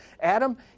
Adam